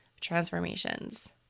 transformations